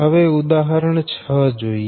હવે ઉદાહરણ 6 જોઈએ